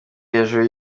hejuru